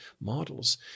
models